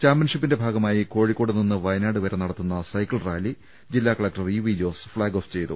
ചാമ്പ്യൻഷിപ്പിന്റെ ഭാഗമായി കോഴിക്കോട് നിന്ന് വയ നാട് വരെ നടത്തുന്ന സൈക്കിൾറാലി ജില്ലാകലക്ടർ യു വി ജോസ് ഫ്ളാഗ് ഓഫ് ചെയ്തു